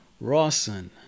Rawson